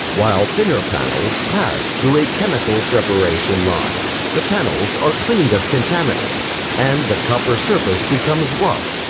while thinner panels pass through a chemical preparation line. the panels are cleaned of contaminants and the copper surface becomes rough,